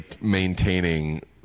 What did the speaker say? maintaining